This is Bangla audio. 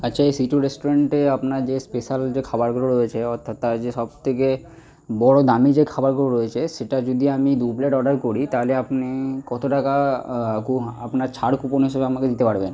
আচ্ছা এই সি টু রেস্টুরেন্টে আপনার যে স্পেশাল যে খাবারগুলো রয়েছে অর্থাৎ তার যে সব থেকে বড় দামি যে খাবারগুলো রয়েছে সেটা যদি আমি দু প্লেট অর্ডার করি তাহলে আপনি কত টাকা কম আপনারা ছাড় কুপন হিসেবে আমাকে দিতে পারবেন